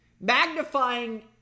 Magnifying